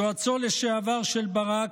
יועצו לשעבר של ברק,